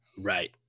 Right